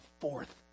fourth